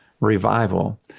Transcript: revival